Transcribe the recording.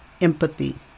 empathy